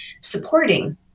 supporting